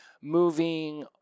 moving